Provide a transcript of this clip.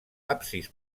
absis